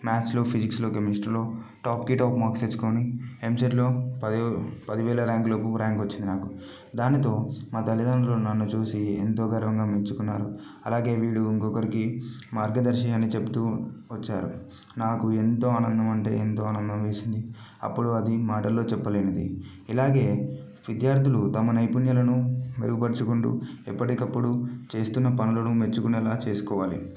మ్యాథ్స్లో ఫిజిక్స్లో కెమిస్ట్రీలో టాప్కి టాప్ మార్క్స్ తెచ్చుకొని ఎంసెట్లో పదియు పదివేల ర్యాంకులకు ర్యాంకు వచ్చింది నాకు దానితో మా తల్లిదండ్రులు నన్ను చూసి ఎంతో గర్వంగా మెచ్చుకున్నారు అలాగే వీడు ఇంకొకరికి మార్గదర్శి అని చెబుతూ వచ్చారు నాకు ఎంతో ఆనందం అంటే ఎంతో ఆనందం వేసింది అప్పుడు అది మాటల్లో చెప్పలేనిది ఇలాగే విద్యార్థులు తమ నైపుణ్యాలను మెరుగుపరుచుకుంటూ ఎప్పటికప్పుడు చేస్తున్న పనులను మెచ్చుకునేలా చేసుకోవాలి